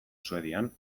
suedian